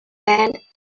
man